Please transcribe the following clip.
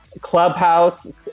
clubhouse